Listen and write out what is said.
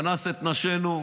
אנס את נשינו,